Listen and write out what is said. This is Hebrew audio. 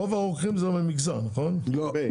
רוב הרוקחים הם מהמגזר, נכון?